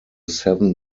seven